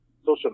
social